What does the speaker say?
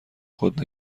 خود